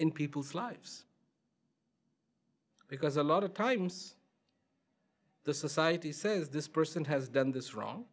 in people's lives because a lot of times the society says this person has done this wrong